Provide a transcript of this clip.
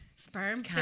Sperm